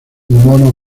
mono